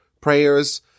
prayers